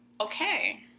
okay